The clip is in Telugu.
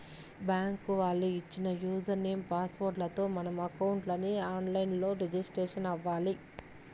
బ్యాంకు వాళ్ళు ఇచ్చిన యూజర్ నేమ్, పాస్ వర్డ్ లతో మనం అకౌంట్ ని ఆన్ లైన్ లో రిజిస్టర్ అవ్వాలి